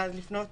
ואז לפנות